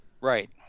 Right